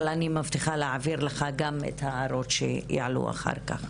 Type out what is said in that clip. אבל אני מבטיחה להעביר לך גם את ההערות שיעלו אחר-כך.